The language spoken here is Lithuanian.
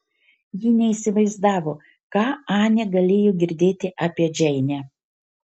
ji neįsivaizdavo ką anė galėjo girdėti apie džeinę